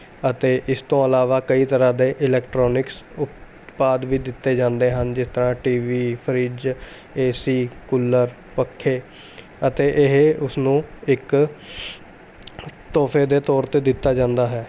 ਅਤੇ ਇਸ ਤੋਂ ਇਲਾਵਾ ਕਈ ਤਰ੍ਹਾਂ ਦੇ ਇਲੈਕਟ੍ਰੋਨਿਕਸ ਉਤਪਾਦ ਵੀ ਦਿੱਤੇ ਜਾਂਦੇ ਹਨ ਜਿਸ ਤਰ੍ਹਾਂ T V fridge AC cooler ਪੱਖੇ ਅਤੇ ਇਹ ਉਸਨੂੰ ਇੱਕ ਤੋਹਫੇ ਦੇ ਤੌਰ 'ਤੇ ਦਿੱਤਾ ਜਾਂਦਾ ਹੈ